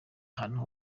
ahantu